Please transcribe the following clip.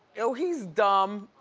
oh, he's dumb.